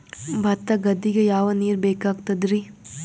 ಭತ್ತ ಗದ್ದಿಗ ಯಾವ ನೀರ್ ಬೇಕಾಗತದರೀ?